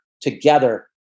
together